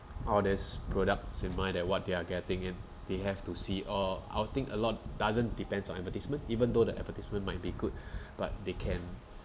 or there's product in mind that what they're getting in they have to see uh outing a lot doesn't depends on advertisement even though the advertisement might be good but they can